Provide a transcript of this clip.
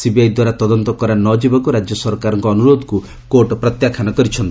CBI ଦ୍ୱାରା ତଦନ୍ତ କରା ନ ଯିବାକୁ ରାଜ୍ୟ ସରକାରଙ୍କ ଅନୁରୋଧକୁ କୋର୍ଟ ପ୍ରତ୍ୟାଖ୍ୟାନ କରିଛନ୍ତି